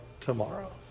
tomorrow